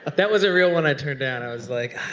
that was a real one i turned down, i was like,